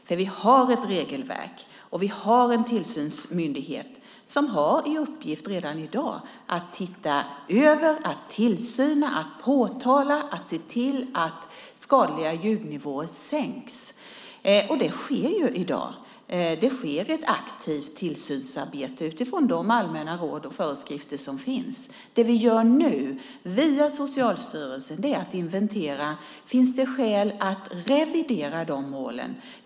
För vi har ett regelverk, och vi har en tillsynsmyndighet som redan i dag har i uppgift att titta över, att ha tillsyn, att påtala och se till att skadliga ljudnivåer sänks. Det sker i dag. Det sker ett aktivt tillsynsarbete utifrån de allmänna råd och föreskrifter som finns. Det vi nu gör via Socialstyrelsen är att inventera. Finns det skäl att revidera de här målen?